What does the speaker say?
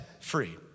free